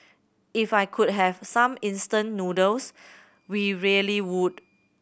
if I could have some instant noodles we really would